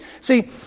See